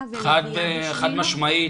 חד משמעית.